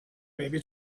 maybe